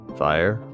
fire